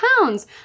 pounds